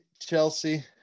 Chelsea